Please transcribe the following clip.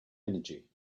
energy